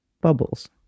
Bubbles